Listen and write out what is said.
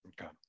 Okay